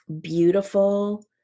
beautiful